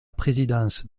présidence